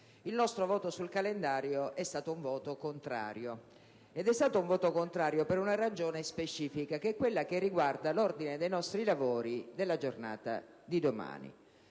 il nostro voto sul calendario è stato un voto contrario, e lo è stato per una ragione specifica, che è quella che riguarda l'ordine dei nostri lavori della giornata di domani